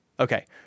Okay